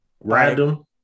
random